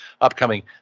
upcoming